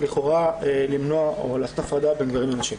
לכאורה למנוע או לעשות הפרדה בין גברים לנשים.